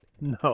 No